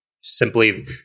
simply